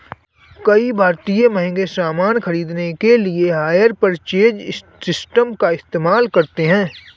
कई भारतीय महंगे सामान खरीदने के लिए हायर परचेज सिस्टम का इस्तेमाल करते हैं